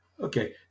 Okay